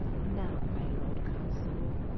now my lord constable?